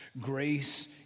Grace